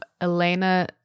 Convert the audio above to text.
Elena